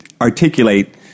articulate